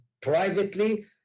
privately